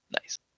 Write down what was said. Nice